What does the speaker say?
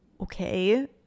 okay